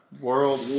world